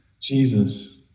Jesus